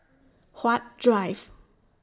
Huat Drive